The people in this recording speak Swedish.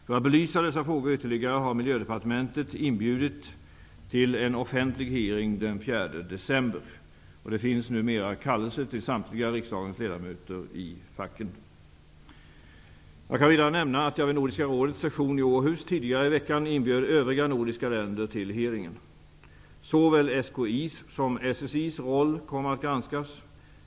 För att belysa dessa frågor ytterligare har Miljödepartementet inbjudit till en offentlig hearing den 4 december. Det finns numera en kallelse till riksdagens samtliga ledamöter i facken. Jag kan vidare nämna att jag vid Nordiska rådets session i Århus tidigare i veckan inbjöd övriga nordiska länder till hearingen. Såväl SKI:s som SSI:s roll kommer att granskas.